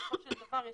בסופו של דבר,